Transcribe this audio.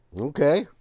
Okay